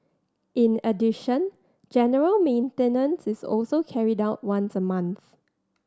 in addition general maintenance is also carried out once a month